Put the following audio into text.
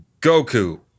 Goku